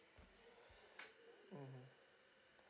mmhmm